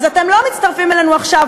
אז אתם לא מצטרפים אלינו עכשיו,